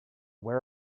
where